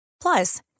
Plus